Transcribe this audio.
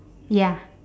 ya